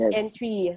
entry